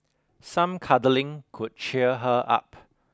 some cuddling could cheer her up